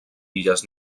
illes